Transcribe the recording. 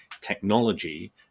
technology